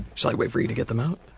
shall i wait for you to get them out?